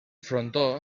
frontó